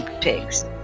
pigs